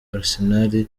arsenal